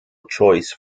choice